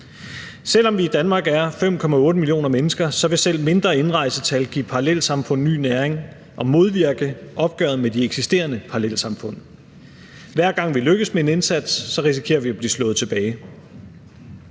Selv om vi i Danmark er 5,8 millioner mennesker, vil selv mindre indrejsetal give parallelsamfund ny næring og modvirke opgøret med de eksisterende parallelsamfund. Hver gang vi lykkes med en indsats, risikerer vi at blive slået tilbage.